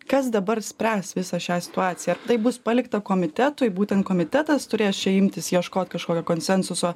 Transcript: kas dabar spręs visą šią situaciją tai bus palikta komitetui būtent komitetas turės čia imtis ieškot kažkokio konsensuso